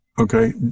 okay